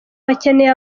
bakeneye